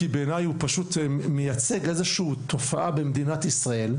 כי בעיניי הוא פשוט מייצג איזושהי תופעה במדינת ישראל,